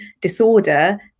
disorder